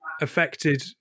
affected